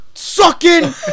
sucking